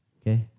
okay